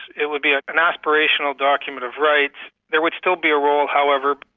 it would be an aspirational document of rights. there would still be a role, however,